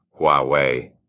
Huawei